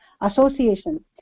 association